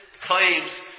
claims